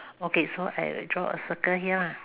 okay so I like draw a circle here lah